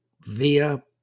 via